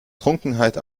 trunkenheit